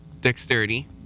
dexterity